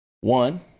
One